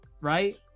right